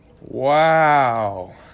Wow